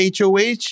HOH